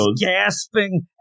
gasping